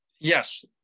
Yes